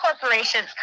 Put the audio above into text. corporations